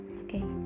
okay